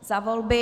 Za volby.